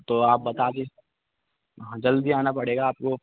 तो आप बता दें हाँ जल्दी आना पड़ेगा आपको